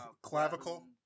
Clavicle